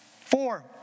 Four